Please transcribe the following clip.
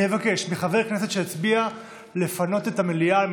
אני מבקש מחבר הכנסת שהצביע לפנות את המליאה על